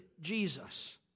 Jesus